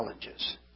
challenges